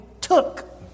took